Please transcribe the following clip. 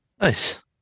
Nice